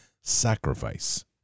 sacrifice